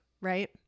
Right